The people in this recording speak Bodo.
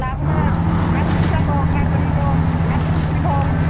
लाबोदों ना बोथिया दं ना गोरि दं ना फिथिख्रि दं